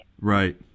Right